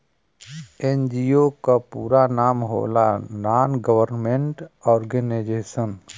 NGO क पूरा नाम होला नान गवर्नमेंट और्गेनाइजेशन